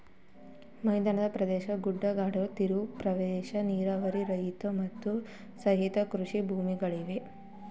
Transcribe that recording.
ಮೈದಾನ ಪ್ರದೇಶ, ಗುಡ್ಡಗಾಡು, ತೀರ ಪ್ರದೇಶ, ನೀರಾವರಿ ರಹಿತ, ಮತ್ತು ಸಹಿತ ಕೃಷಿ ಭೂಮಿಗಳಿವೆ